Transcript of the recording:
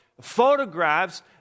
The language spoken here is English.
photographs